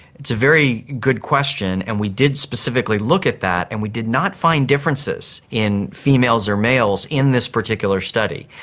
it's a very good question and we did specifically look at that and we did not find differences in females or males in this particular study,